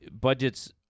budgets